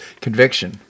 conviction